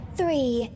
three